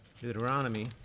Deuteronomy